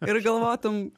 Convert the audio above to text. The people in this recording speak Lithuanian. ir galvotum